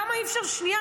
למה אי-אפשר שנייה,